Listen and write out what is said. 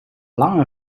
lange